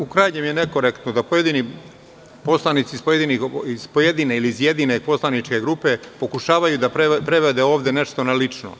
U krajnjem je nekorektno da pojedini poslanici iz pojedine ili iz jedine poslaničke grupe pokušavaju da prevedu ovde nešto na lično.